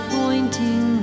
pointing